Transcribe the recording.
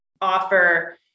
offer